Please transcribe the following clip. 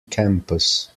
campus